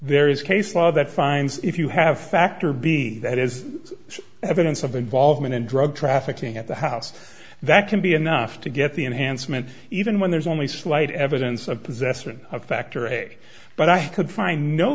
is case law that finds if you have factor b that is evidence of involvement in drug trafficking at the house that can be enough to get the enhancement even when there's only slight evidence of possessing a factor eg but i could find no